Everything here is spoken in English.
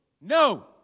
No